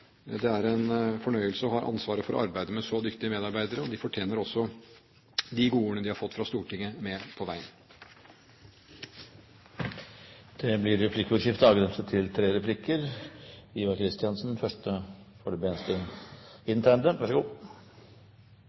Det er en fornøyelse å ha ansvaret for og arbeide med så dyktige medarbeidere, og de fortjener også de godordene de har fått fra Stortinget med på veien. Det blir replikkordskifte.